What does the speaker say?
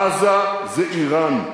עזה זה אירן.